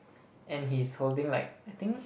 and he's holding like I think